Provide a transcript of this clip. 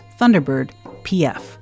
ThunderbirdPF